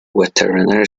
veterinary